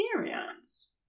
experience